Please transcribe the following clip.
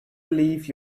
leave